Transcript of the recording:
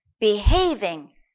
Behaving